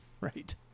right